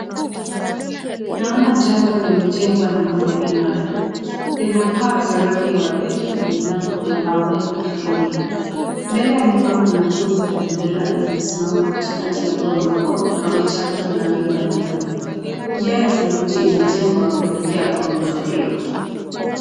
Naona jengo limejengwa na mawe imara, lina paa za rangi ya waridi na milango ya mbao ya hudhurungi. Mbele ya nyumba kuna nguzo ya bendera iliyosimama katikati ya ua mdogo wa vichaka wa rangi mbalimbali, njia ya saruji imejengwa kuelekea kwa nguzo hiyo.